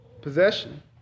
possession